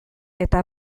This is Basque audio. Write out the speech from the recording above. eta